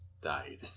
died